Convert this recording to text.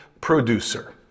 producer